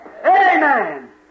Amen